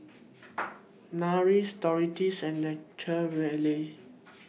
Nars Doritos and Nature Valley